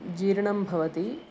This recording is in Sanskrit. जीर्णं भवति